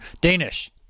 Danish